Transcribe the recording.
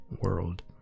world